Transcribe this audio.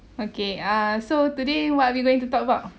okay uh so today what are we going to talk about